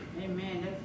Amen